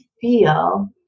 feel